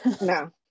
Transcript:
no